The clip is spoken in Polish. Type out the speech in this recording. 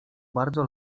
bardzo